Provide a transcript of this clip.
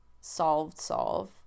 solved-solve